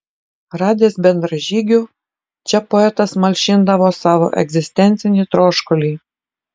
radęs bendražygių čia poetas malšindavo savo egzistencinį troškulį